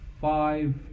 five